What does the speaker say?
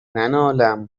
ننالم